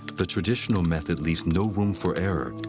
the traditional method leaves no room for error,